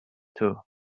too